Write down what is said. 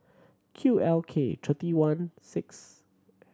Q L K thirty one six